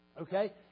Okay